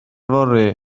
fory